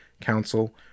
council